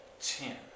ten